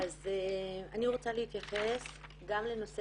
אני רוצה להתייחס גם לנושא